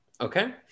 Okay